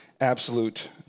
absolute